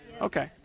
Okay